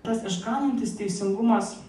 tas išganantis teisingumas